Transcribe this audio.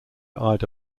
ida